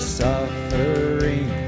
suffering